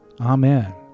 Amen